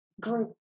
group